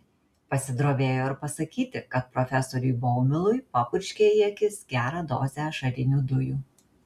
pasidrovėjo ir pasakyti kad profesoriui baumilui papurškė į akis gerą dozę ašarinių dujų